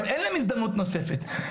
אין להם הזדמנות נוספת.